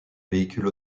véhicules